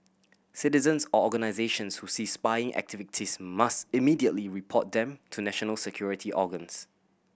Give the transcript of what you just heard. citizens or organisations who see spying activities must immediately report them to national security organs